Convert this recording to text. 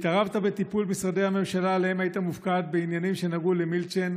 התערבת בטיפול משרדי הממשלה שעליהם היית מופקד בעניינים שנגעו למילצ'ן,